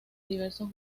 diversos